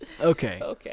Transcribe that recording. Okay